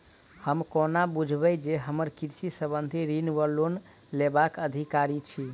हम कोना बुझबै जे हम कृषि संबंधित ऋण वा लोन लेबाक अधिकारी छी?